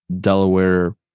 delaware